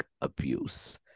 abuse